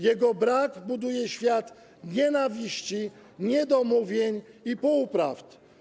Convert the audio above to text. Jego brak buduje świat nienawiści, niedomówień i półprawd.